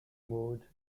mode